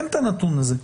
אין את הנתון הזה.